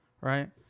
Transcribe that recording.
Right